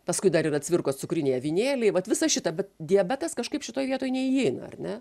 paskui dar yra cvirkos cukriniai avinėliai vat visą šitą bet diabetas kažkaip šitoj vietoj neįeina ar ne